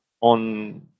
on